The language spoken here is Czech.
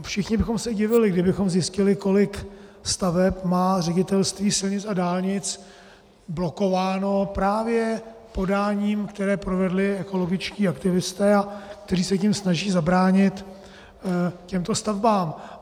Všichni bychom se divili, kdybychom zjistili, kolik staveb má Ředitelství silnic a dálnic blokováno právě podáním, které provedli ekologičtí aktivisté a kteří se tím snaží zabránit těmto stavbám.